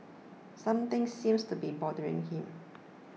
something seems to be bothering him